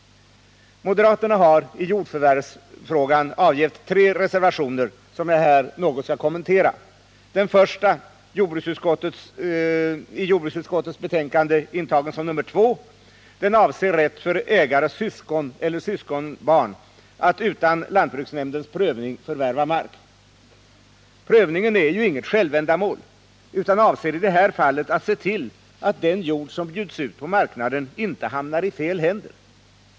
Moderaterna har i jordförvärvsfrågan avgivit tre reservationer, som jag här något skall kommentera. Den första, i jordbruksutskottets betänkande intagen som nr 2, avser rätt för ägares syskon eller syskonbarn att utan lantbruksnämndens prövning förvärva mark. Prövningen är ju inget självändamål utan den är i det här fallet till för att man skall kunna se till att den jord som bjuds ut på marknaden inte hamnar i fel händer.